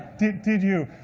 did did you?